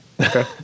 okay